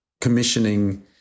commissioning